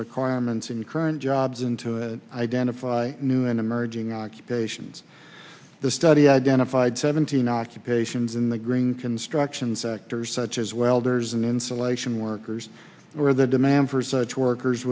requirements in current jobs into it identify new and emerging occupations the study identified seventeen occupations in the green construction sectors such as welders and insulation workers or the demand for such workers